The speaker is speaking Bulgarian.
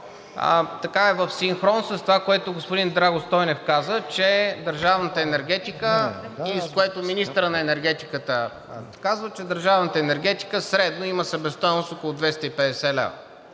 така е в синхрон с това, което господин Драго Стойнев каза, че държавната енергетика – и което министърът на енергетиката казва, средно има себестойност около 250 лв.